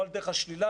לא על דרך השלילה,